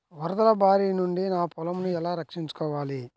వరదల భారి నుండి నా పొలంను ఎలా రక్షించుకోవాలి?